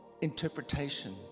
interpretation